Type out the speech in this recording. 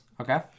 Okay